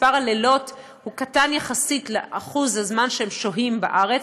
מספר הלילות הוא קטן יחסית לאחוז הזמן שהם שוהים בארץ,